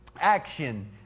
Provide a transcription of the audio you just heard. action